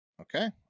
Okay